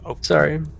Sorry